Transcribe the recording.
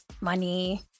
money